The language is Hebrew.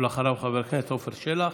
אחריו, חבר הכנסת עפר שלח.